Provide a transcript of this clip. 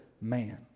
man